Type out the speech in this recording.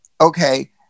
okay